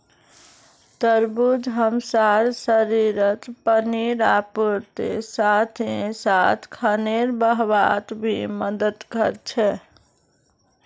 तरबूज हमसार शरीरत पानीर आपूर्तिर साथ ही साथ खूनेर बहावत भी मदद कर छे